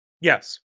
Yes